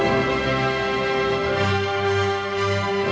and